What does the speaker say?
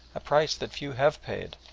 a price that few have paid,